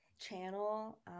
channel